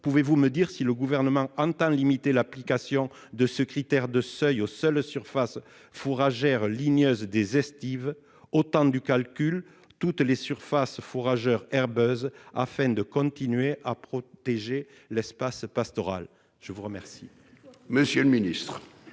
Monsieur le ministre, le Gouvernement entend-il limiter l'application de ce critère de seuil aux seules surfaces fourragères ligneuses des estives, ôtant du calcul toutes les surfaces fourragères herbeuses, afin de continuer à protéger l'espace pastoral ? La parole